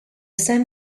same